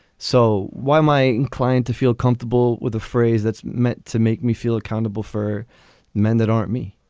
so why am i inclined to feel comfortable with a phrase that's meant to make me feel accountable for men that aren't me?